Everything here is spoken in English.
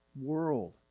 world